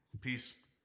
peace